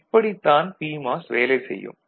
இப்படித் தான் பிமாஸ் வேலை செய்யும்